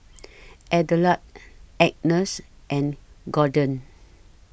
Adelard Agnes and Gordon